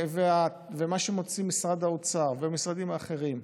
ומה שמוציאים משרד האוצר ומשרדים אחרים,